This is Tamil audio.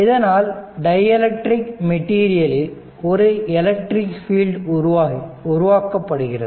இதனால் டைஎலக்ட்ரிக் மெட்டீரியலில் ஒரு எலக்ட்ரிக் ஃபீல்டு உருவாக்கப்படுகிறது